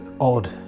odd